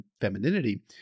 femininity